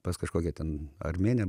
pas kažkokią ten armėnę